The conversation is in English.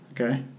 Okay